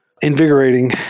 invigorating